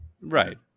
Right